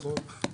טסנו ביחד, נכון.